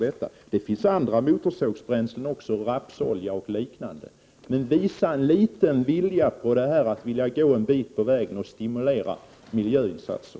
Det finns även andra motorsågsbränslen, rapsolja och liknande. Visa litet vilja att gå en bit på vägen och stimulera miljöinsatser!